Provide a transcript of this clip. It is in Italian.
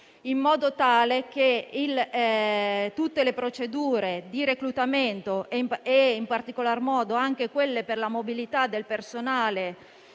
in modo tale che tutte le procedure di reclutamento - e in particolar modo quelle per la mobilità del personale